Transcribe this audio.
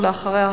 אחריה,